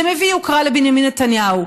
זה מביא יוקרה לבנימין נתניהו.